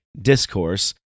discourse